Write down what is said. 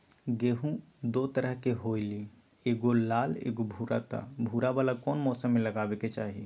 गेंहू दो तरह के होअ ली एगो लाल एगो भूरा त भूरा वाला कौन मौसम मे लगाबे के चाहि?